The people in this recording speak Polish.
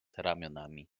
ramionami